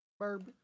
Burb